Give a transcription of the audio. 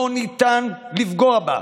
לא ניתן לפגוע בה.